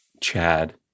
Chad